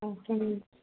ఓకేనండి